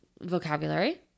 vocabulary